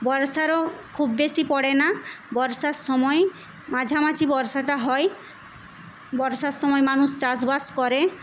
বর্ষারও খুব বেশী পড়ে না বর্ষার সময় মাঝামাঝি বর্ষাটা হয় বর্ষার সময় মানুষ চাষবাস করে